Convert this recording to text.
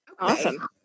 Awesome